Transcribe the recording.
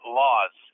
laws